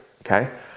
Okay